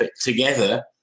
together